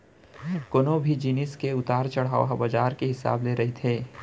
कोनो भी जिनिस के उतार चड़हाव ह बजार के हिसाब ले रहिथे